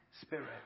spirit